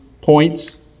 points